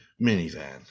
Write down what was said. minivan